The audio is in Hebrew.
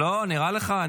לא, נראה לך?